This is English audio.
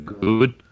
good